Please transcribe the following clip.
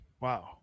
Wow